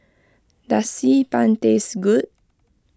does Xi Ban taste good